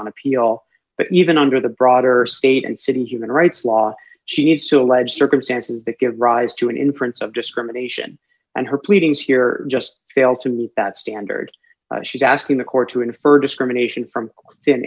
on appeal but even under the broader state and city human rights law she needs to allege circumstances that give rise to an inference of discrimination and her pleadings here just fail to meet that standard she's asking the court to infer discrimination from thin